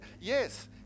Yes